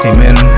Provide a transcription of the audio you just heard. Amen